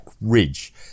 Ridge